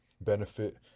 benefit